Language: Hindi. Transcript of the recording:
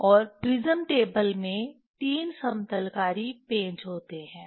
और प्रिज्म टेबल में 3 समतलकारी पेंच होते हैं